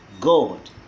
God